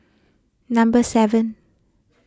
number seven